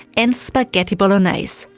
and spaghetti bolognaise.